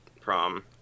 Prom